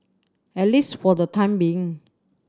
at least for the time being